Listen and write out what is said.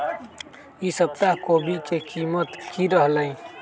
ई सप्ताह कोवी के कीमत की रहलै?